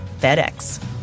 FedEx